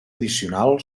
addicional